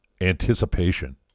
anticipation